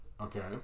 Okay